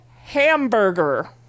Hamburger